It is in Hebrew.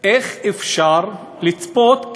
איך אפשר לצפות?